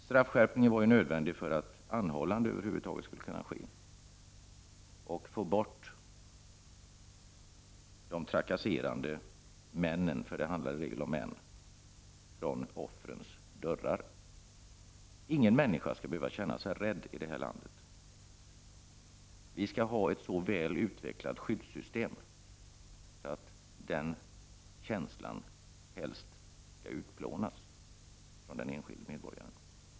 Straffskärpningen var ju nödvändig för att anhållande över huvud taget skulle kunna ske och för att man skulle få bort de trakasserande männen — för det handlar i regel om män — från offrens dörrar. Ingen människa skall behöva känna sig rädd i det här landet. Vi skall ha ett så väl utvecklat skyddssystem att känslan av rädsla helst skall utplånas från den enskilde medborgaren.